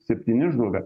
septyni žuvę